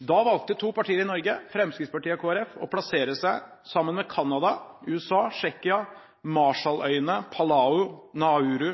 Da valgte to partier i Norge, Fremskrittspartiet og Kristelig Folkeparti, å plassere seg sammen med Canada, USA. Tsjekkia, Marshalløyene, Palau, Nauru,